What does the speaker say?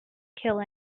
kill